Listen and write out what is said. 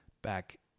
Back